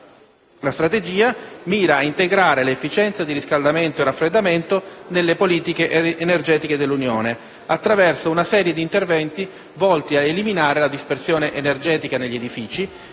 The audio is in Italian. la quale mira a integrare l'efficienza di riscaldamento e raffreddamento nelle politiche energetiche dell'Unione stessa, attraverso una serie di interventi volti a eliminare la dispersione energetica degli edifici,